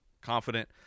confident